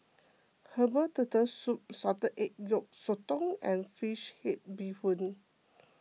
Herbal Turtle Soup Salted Egg Yolk Sotong and Fish Head Bee Hoon